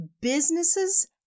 businesses